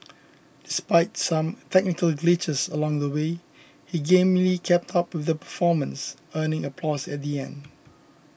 despite some glitches along the way he gamely kept up with the performance earning applause at the end